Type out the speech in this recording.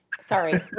sorry